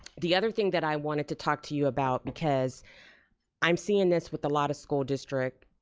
the other thing that i wanted to talk to you about because i'm seeing this with a lot of school district,